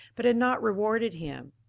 but had not rewarded him.